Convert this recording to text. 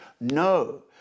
No